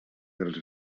dels